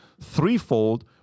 threefold